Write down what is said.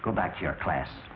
go back to your class